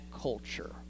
culture